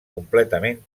completament